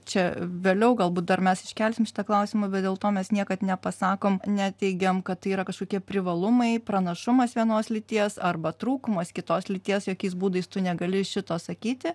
čia vėliau galbūt dar mes iškelsim šitą klausimą dėl to mes niekad nepasakom neteigiam kad tai yra kažkokie privalumai pranašumas vienos lyties arba trūkumas kitos lyties jokiais būdais tu negali šito sakyti